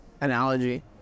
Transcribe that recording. analogy